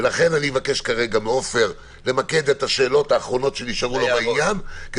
ולכן אני מבקש מעופר למקד את השאלות האחרונות שנשארו לו בעניין,